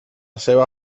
seva